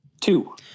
Two